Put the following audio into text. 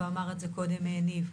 ואמר את זה קודם ניב.